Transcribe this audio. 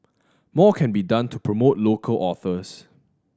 more can be done to promote local authors